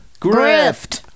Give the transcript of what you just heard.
Grift